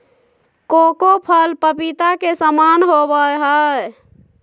cocoa फल पपीता के समान होबय हइ